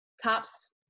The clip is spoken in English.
Cops